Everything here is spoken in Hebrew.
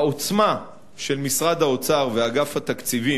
העוצמה של משרד האוצר ואגף התקציבים,